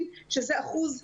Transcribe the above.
שזה אחוז מכובד.